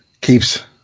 keeps